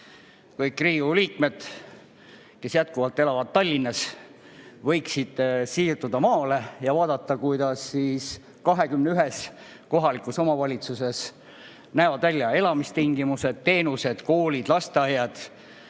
Kõik Riigikogu liikmed, kes jätkuvalt elavad Tallinnas, võiksid siirduda maale ja vaadata, kuidas 21 kohalikus omavalitsuses näevad välja elamistingimused, teenused, koolid, lasteaiad.